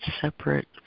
separate